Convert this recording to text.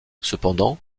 cependant